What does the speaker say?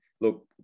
Look